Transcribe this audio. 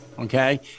Okay